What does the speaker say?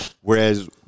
Whereas